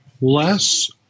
less